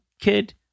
kid